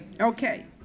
Okay